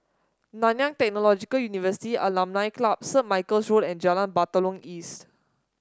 Nanyang Technological University Alumni Club Saint Michael's Road and Jalan Batalong East